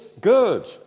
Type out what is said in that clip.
good